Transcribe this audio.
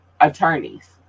attorneys